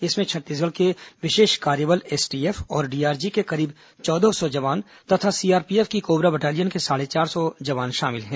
इसमें छत्तीसगढ़ के विशेष कार्य बल एसटीएफ और डीआरजी के करीब चौदह सौ जवान तथा सीआरपीएफ की कोबरा बटालियन के साढ़े चार सौ जवान शामिल हैं